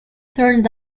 turned